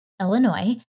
Illinois